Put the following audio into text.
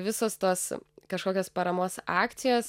visos tos kažkokios paramos akcijos